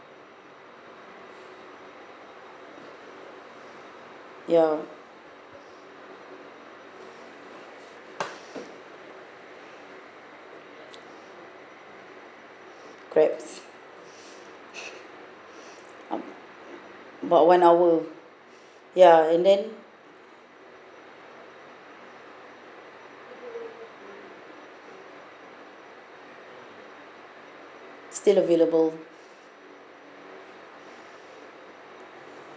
ya correct about one hour ya and then still available